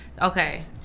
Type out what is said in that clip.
Okay